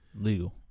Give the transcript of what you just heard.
Legal